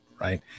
Right